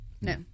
no